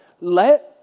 let